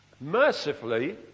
Mercifully